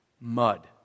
mud